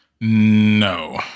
no